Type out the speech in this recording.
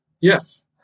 Yes